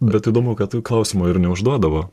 bet įdomu kad to klausimo ir neužduodavo